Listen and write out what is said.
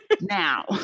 now